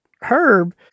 Herb